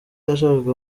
yashakaga